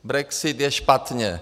Brexit je špatně.